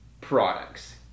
products